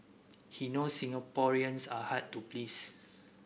he knows Singaporeans are hard to please